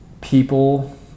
people